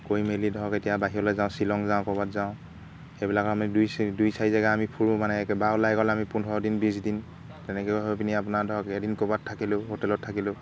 কৰি মেলি ধৰক এতিয়া বাহিৰলৈ যাওঁ শ্বিলং যাওঁ ক'ৰবাত যাওঁ সেইবিলাক আমি দুই চাৰি দুই চাৰি জেগা আমি ফুৰোঁ মানে এবাৰ ওলাই গ'লে আমি পোন্ধৰ দিন বিছ দিন তেনেকৈ হৈ পিনি আপোনাৰ ধৰক এদিন ক'ৰবাত থাকিলোঁ হোটেলত থাকিলোঁ